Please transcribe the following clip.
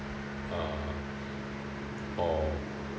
uh or